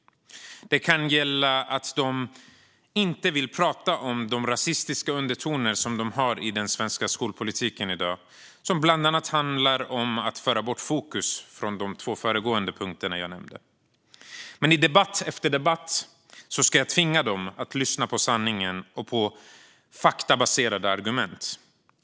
Det kan vara för att de inte vill prata om de rasistiska undertoner som de har i den svenska skolpolitiken i dag, bland annat för att föra bort fokus från de två föregående punkterna jag nämnde. Men i debatt efter debatt ska jag tvinga dem att lyssna på sanningen och på faktabaserade argument.